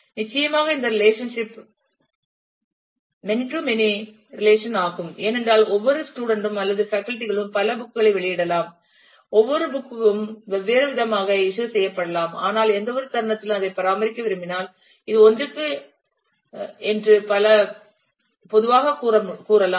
நிச்சயமாக இந்த relationship many to many relation ஆகும் ஏனென்றால் ஒவ்வொரு ஸ்டூடண்ட் ம் அல்லது பேக்கல்டி களும் பல புக் களை வெளியிடலாம் ஒவ்வொரு புக் கமும் வெவ்வேறு விதமாக இஸ்யூ செய்யப்படலாம் ஆனால் எந்தவொரு தருணத்திலும் அதை பராமரிக்க விரும்பினால் இது ஒன்றுக்கு பல என்று பொதுவாகக் கூறலாம்